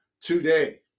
today